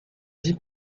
vie